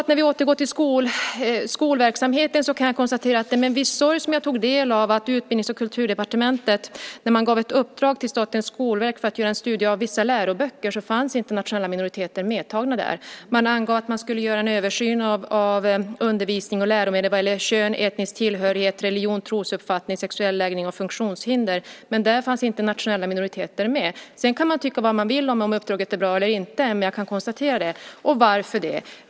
När vi återgår till skolverksamheten kan jag konstatera att det är med viss sorg som jag tog del av att vissa minoriteter inte fanns medtagna när Utbildnings och kulturdepartementet gav ett uppdrag till Skolverket för att göra en studie av vissa läroböcker. Man angav att det skulle göras en översyn av undervisnings och läromedel vad gäller kön, etnisk tillhörighet, religion, trosuppfattning, sexuell läggning och funktionshinder. Men där fanns inte nationella minoriteter med. Sedan kan man tycka vad man vill om uppdraget är bra eller inte, men jag kan konstatera detta. Varför det?